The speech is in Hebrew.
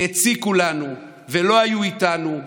שהציקו לנו ולא היו איתנו,